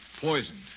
Poisoned